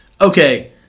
Okay